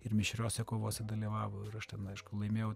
ir mišriose kovose dalyvavo ir aš ten aišku laimėjau